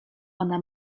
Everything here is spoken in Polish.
ona